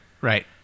Right